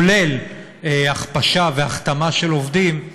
כולל הכפשה והכתמה של עובדים,